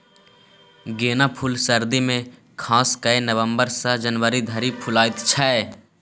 गेना फुल सर्दी मे खास कए नबंबर सँ जनवरी धरि फुलाएत छै